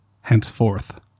Henceforth